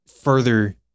further